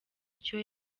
icyo